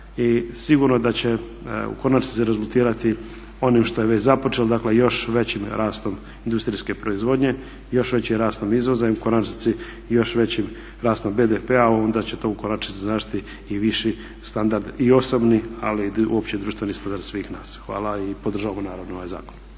i sigurno da će u konačnici rezultirati onim što je već započelo, dakle još većim rastom industrijske proizvodnje i još većim rastom izvoza i u konačnici još većim rastom BDP-a, a onda će to u konačnici značiti i viši standard i osobni ali uopće društveni standard svih nas. Hvala i podržavamo naravno ovaj zakon.